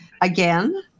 again